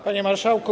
Panie Marszałku!